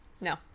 No